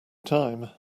time